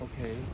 okay